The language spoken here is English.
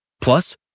Plus